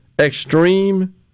extreme